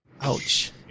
Ouch